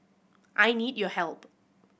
I need your help